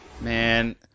Man